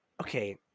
okay